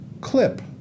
Clip